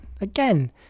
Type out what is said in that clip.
Again